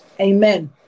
amen